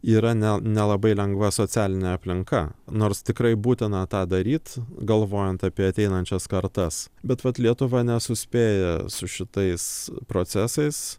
yra ne nelabai lengva socialinė aplinka nors tikrai būtina tą daryt galvojant apie ateinančias kartas bet vat lietuva nesuspėja su šitais procesais